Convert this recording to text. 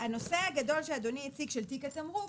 הנושא הגדול שאדוני הציג של תיק התמרוק,